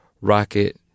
rocket